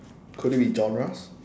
could it be genres